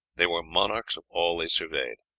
they were monarchs of all they surveyed,